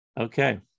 Okay